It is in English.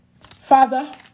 father